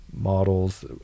models